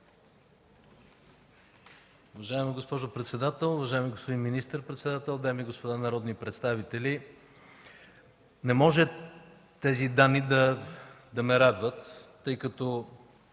Уважаема госпожо председател, уважаеми господин министър-председател, дами и господа народни представители! Не може тези данни да ме радват, тъй като